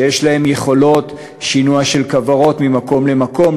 שיש להם יכולות שינוע של כוורות ממקום למקום,